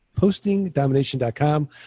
postingdomination.com